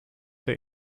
der